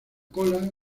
cola